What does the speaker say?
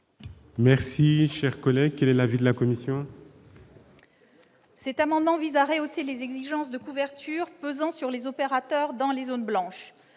meilleure réception. Quel est l'avis de la commission ? Cet amendement vise à rehausser les exigences de couverture pesant sur les opérateurs dans les zones blanches.